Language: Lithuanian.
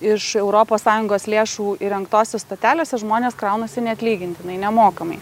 iš europos sąjungos lėšų įrengtose stotelėse žmonės kraunasi neatlygintinai nemokamai